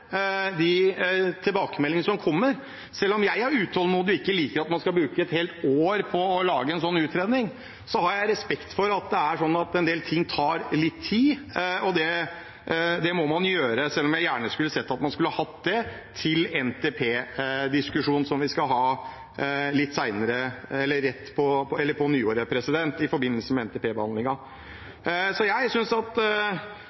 de tilbakemeldingene som kommer. Selv om jeg er utålmodig og ikke liker at man skal bruke et helt år på å lage en sånn utredning, har jeg respekt for at det er sånn at en del ting tar litt tid. Det må man gjøre, selv om jeg gjerne skulle sett at man hadde hatt det til NTP-diskusjonen som vi skal ha på nyåret, i forbindelse med NTP-behandlingen. Jeg synes det hadde vært bra om man hadde hatt med